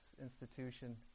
institution